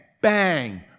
Bang